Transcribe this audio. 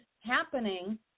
happening